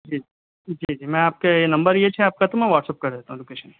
جی جی جی میں آپ کے نمبر یچ ہے آپ کا تو میں کر دیتا ہوں لوکیشن